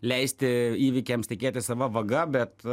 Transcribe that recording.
leisti įvykiams tekėti sava vaga bet